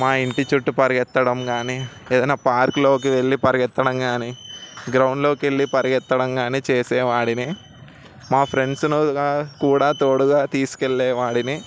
మా ఇంటి చుట్టూ పరిగెత్తడం కానీ ఏదైనా పార్కులోకి వెళ్ళి పరిగెత్తడం కానీ గ్రౌండులోకి వెళ్ళి పరిగెత్తడం కానీ చేసేవాడిని మా ఫ్రెండ్సుని కూడా తోడుగా తీసుకెళ్ళే వాడిని